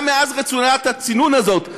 וגם מאז רצועת הצינון הזאת,